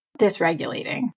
dysregulating